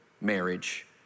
marriage